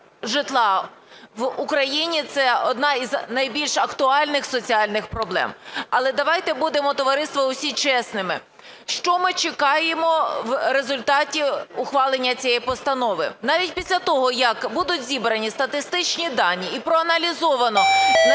житла в Україні – це одна з найбільш актуальних соціальних проблем. Але давайте будемо, товариство, усі чесними. Що ми чекаємо в результаті ухвалення цієї постанови? Навіть після того, як будуть зібрані статистичні дані і проаналізовано,